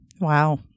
Wow